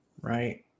right